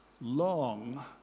long